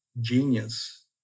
genius